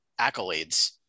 accolades